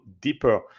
deeper